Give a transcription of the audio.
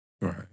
Right